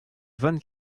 van